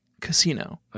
Casino